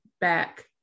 back